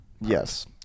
yes